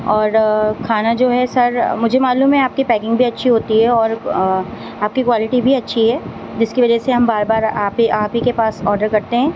اور کھانا جو ہے سر مجھے معلوم ہے آپ کی پیکنگ بھی اچھی ہوتی ہے اور آپ کی کوالٹی بھی اچھی ہے جس کی وجہ سے ہم بار بار آپ ہی آپ ہی کے پاس آڈر کرتے ہیں